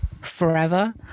Forever